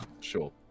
Sure